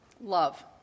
Love